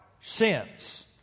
sins